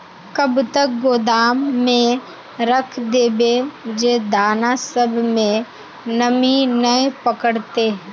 कब तक गोदाम में रख देबे जे दाना सब में नमी नय पकड़ते?